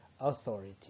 authority